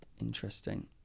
Interesting